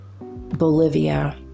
Bolivia